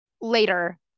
later